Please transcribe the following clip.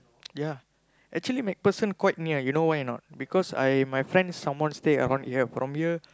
yeah actually MacPherson quite near you know why or not because I my friend some more stay around here from here